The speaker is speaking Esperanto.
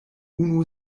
unu